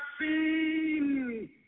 seen